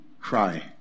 cry